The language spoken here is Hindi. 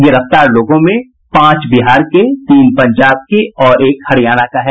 गिरफ्तार लोगों में पांच बिहार के तीन पंजाब के और एक हरियाणा का है